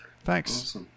Thanks